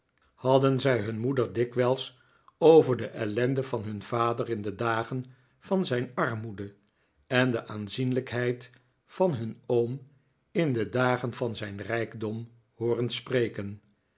hadden zij hun moeder dikwijls over de ellende van hun vader in de dagen van zijn armoede en de aanzienlijkheid van hun oom in de dagen van zijn rijkdom hooren spreken